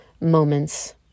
moments